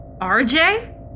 RJ